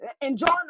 enjoying